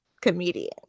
Comedian